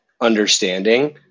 understanding